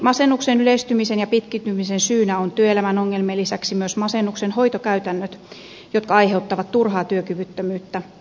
masennuksen yleistymisen ja pitkittymisen syynä ovat työelämän ongelmien lisäksi myös masennuksen hoitokäytännöt jotka aiheuttavat turhaa työkyvyttömyyttä